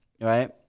right